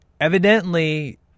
Evidently